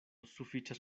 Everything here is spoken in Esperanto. sufiĉas